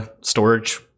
storage